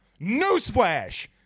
Newsflash